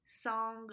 song